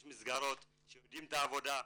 יש מסגרות שיודעים את העבודה,